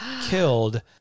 killed